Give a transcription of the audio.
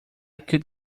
could